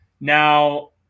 Now